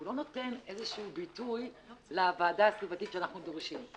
והוא לא נותן איזשהו ביטוי לוועדה הסביבתית שאנחנו דורשים.